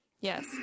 Yes